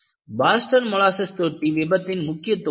Boston molasses தொட்டி விபத்தின் முக்கியத்துவம் என்ன